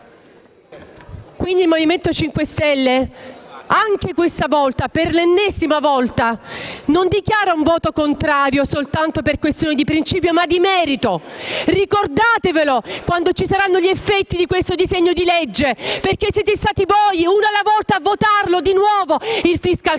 verità. Il Movimento 5 Stelle, anche questa volta, e per l'ennesima volta, dichiara un voto contrario per questioni non soltanto di principio, ma anche di merito. Ricordatevelo quando ci saranno gli effetti di questo disegno di legge, perché siete stati voi, uno alla volta, a votare di nuovo il *fiscal compact*